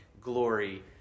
glory